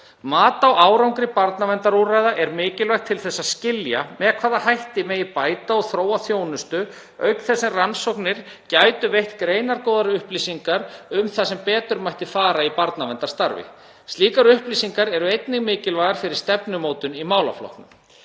Mat á árangri barnaverndarúrræða er mikilvægt til þess að skilja með hvaða hætti megi bæta og þróa þjónustu auk þess sem rannsóknir gætu veitt greinargóðar upplýsingar um það sem betur mætti fara í barnaverndarstarfi. Slíkar upplýsingar eru einnig mikilvægar fyrir stefnumótun í málaflokknum.